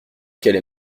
qu’elle